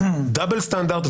דאבל סטנדרט,